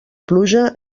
pluja